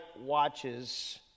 watches